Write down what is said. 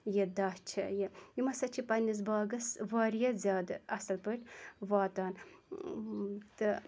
یہِ دَچھ یہِ یِم ہَسا چھِ پَننِس باغَس واریاہ زیادٕ اَصِل پٲٹھۍ واتان تہِ